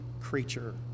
creature